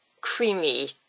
creamy